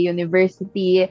University